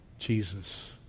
Jesus